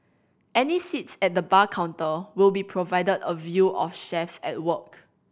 any seats at the bar counter will be provided a view of chefs at work